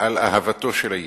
על אהבתו של הילד.